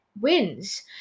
Wins